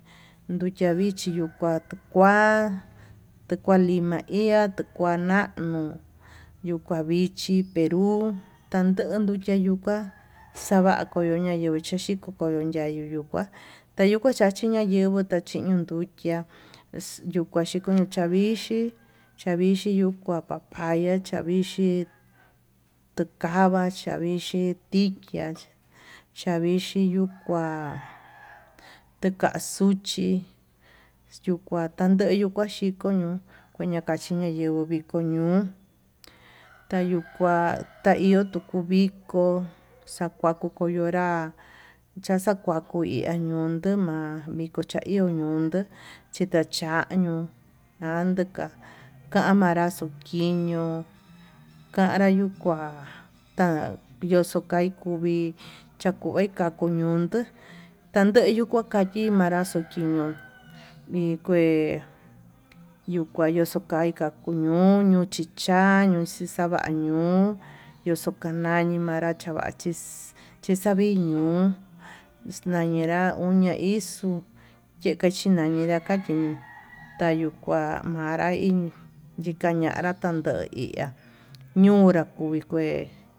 Nduchia vichi tukua tukua, tuu lima iha tuu kua na'ano yuu kua vichi pero tando yukua yukua xa'a va'a kondo ñayenguo xhaxhiko koyo yuu kua tayo'ó yuu kua chachi koyo ña'a yeguó, tachiño yukia yuu chachiño kuyo xavii vixhi xavixhi yukua kaya tavixhí tukava xavixhi tikia xavixhi yuu kuá takua xuchi yukua tandeyuu ño'o, kuaña kaxhiña tuku viko ño'o tayuu kua ya iho yukuu viko xakua kuku yonrá yaxakua kaincha yukuu ma'a miko chaió yunduu, chita cha'a ñiuu anduka camanra xuu kiño tanra yuu kua yuxukai kuu kuvii chakuvi kakuu ñunduu tandeyu kuakavi tandanra xukii ño'o, vikue yuu kuxu kaika kuiño'o ñoño yuchicha ñuu nuxixava ñuu yuxukanrañi kuanra xavachí chixavii ñuu añenrá, vixuu yikachi ñañenrá tayuu kua manra iin yikañanra tandoí ya'a ñonra kuvii kueí.